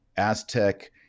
Aztec